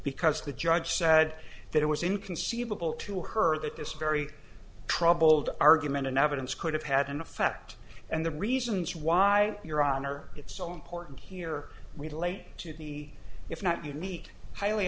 because the judge said that it was inconceivable to her that this very troubled argument in evidence could have had an effect and the reasons why your honor it's so important here related to the if not you need highly